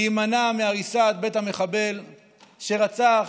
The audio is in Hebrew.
להימנע מהריסת בית המחבל שרצח